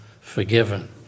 forgiven